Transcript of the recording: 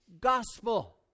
gospel